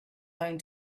own